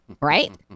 right